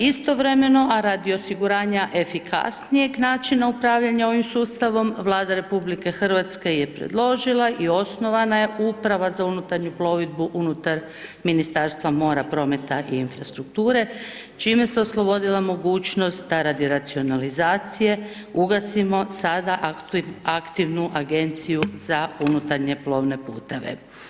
Istovremeno, a radi osiguranja efikasnijeg načina upravljanja ovim sustavom, Vlada Republike Hrvatske, je predložila i osnovana je upravo za unutarnju plovidbu unutar Ministarstva mora prometa i infrastrukture, čime se je oslobodila mogućnost da radi racionalizacije, ugasimo sada, aktivnu Agenciju za unutarnje plovne puteve.